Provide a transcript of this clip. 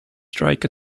strike